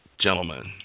gentlemen